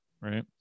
right